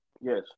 Yes